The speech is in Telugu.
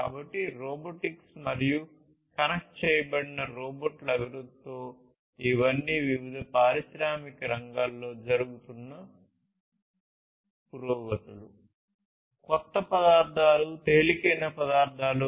కాబట్టి రోబోటిక్స్ మరియు కనెక్ట్ చేయబడిన రోబోట్ల అభివృద్ధితో ఇవన్నీ వివిధ పారిశ్రామిక రంగాలలో జరుగుతున్న ఈ పురోగతులు